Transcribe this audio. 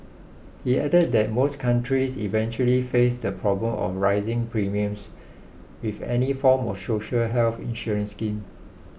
he added that most countries eventually face the problem of rising premiums with any form of social health insurance scheme